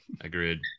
agreed